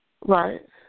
Right